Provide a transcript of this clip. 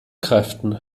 kräften